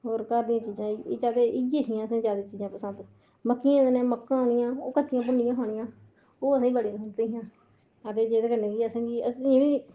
होर घर दियां चीजां ज्यादे इयै हियां चीजां असेंगी चीजां ज्यादा पसंद मक्की मक्का होनियां ओह् कच्चियां अहें लेइयै खानियां ओह् असेंगी बड़ियां पसंद हियां आ ते जेह्दे कन्नेै कि असेंगी अस